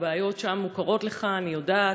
הבעיות שם מוכרות לך, אני יודעת.